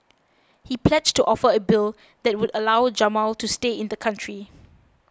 he pledged to offer a bill that would allow Jamal to stay in the country